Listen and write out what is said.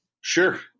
Sure